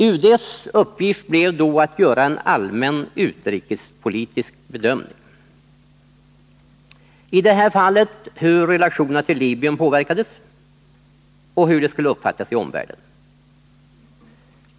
UD:s uppgift blev då att göra en allmän utrikespolitisk bedömning, i det här fallet hur relationerna till Libyen påverkades och hur frågan skulle uppfattas i omvärlden.